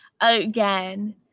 again